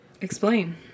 Explain